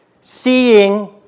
seeing